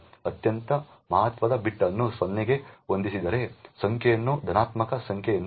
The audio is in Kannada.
ಅತ್ಯಂತ ಮಹತ್ವದ ಬಿಟ್ ಅನ್ನು 0 ಗೆ ಹೊಂದಿಸಿದರೆ ಸಂಖ್ಯೆಯನ್ನು ಧನಾತ್ಮಕ ಸಂಖ್ಯೆ ಎಂದು ಅರ್ಥೈಸಲಾಗುತ್ತದೆ